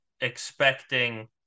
expecting